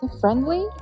friendly